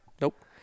Nope